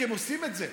כי הם עושים את זה,